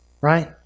right